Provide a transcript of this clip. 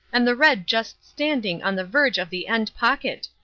and the red just standing on the verge of the end pocket!